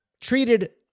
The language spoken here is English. treated